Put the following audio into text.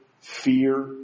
fear